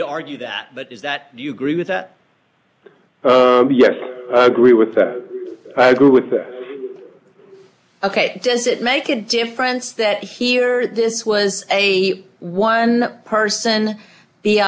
you'd argue that but is that do you agree with that yes i agree with that i agree with that ok does it make a difference that here this was a one person the